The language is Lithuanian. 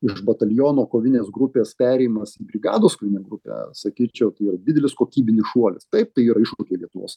iš bataliono kovinės grupės perėjimas į brigados kovinę grupę sakyčiau tai yra didelis kokybinis šuolis taip tai yra iššūkiai lietuvos